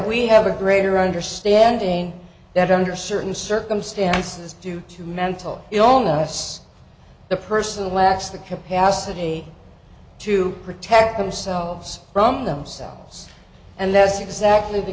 we have a greater understanding that under certain circumstances due to mental illness the person lacks the capacity to protect themselves from themselves and that's exactly the